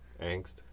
angst